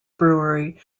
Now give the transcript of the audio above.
brewery